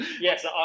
yes